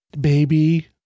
baby